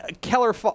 Keller